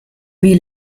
wie